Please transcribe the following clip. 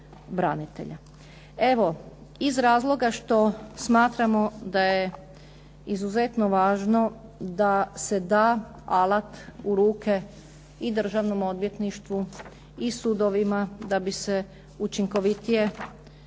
Evo, iz razloga što smatramo da je izuzetno važno da se da alat u ruke i Državnom odvjetništvu i sudovima da bi se učinkovitije progonili,